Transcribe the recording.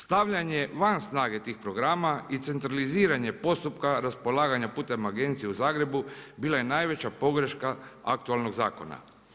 Stavljanje van snage tih programa i centralizirane postupka raspolaganja putem agencije u Zagrebu bila je najveća pogreška aktualnog zakona.